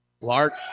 Lark